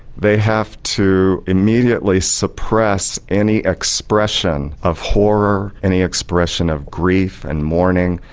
they have to immediately suppress any expression of horror, any expression of grief and mourning,